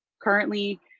Currently